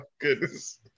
goodness